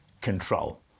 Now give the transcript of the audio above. control